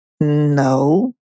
No